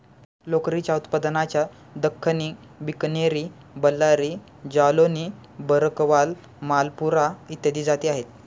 लोकरीच्या उत्पादनाच्या दख्खनी, बिकनेरी, बल्लारी, जालौनी, भरकवाल, मालपुरा इत्यादी जाती आहेत